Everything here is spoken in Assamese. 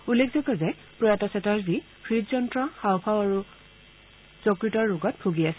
উল্লেখযোগ্য যে প্ৰয়াত চেটাৰ্জী হৃদযন্ত হাওঁফাও আৰু যক্তৰ ৰোগত ভুগি আছিল